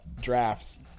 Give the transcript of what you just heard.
drafts